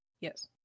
yes